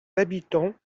habitants